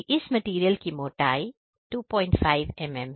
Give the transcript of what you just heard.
इस मटेरियल की मोटाई 25 mm है